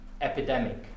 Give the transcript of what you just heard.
epidemic